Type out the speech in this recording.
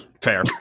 Fair